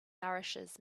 nourishes